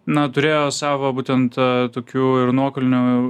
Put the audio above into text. na turėjo savo būtent tokių ir nuokalnių